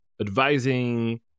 advising